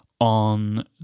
on